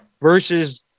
versus